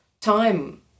time